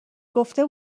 گفته